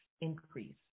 increase